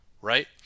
right